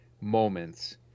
moments